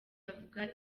bavuga